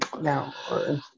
now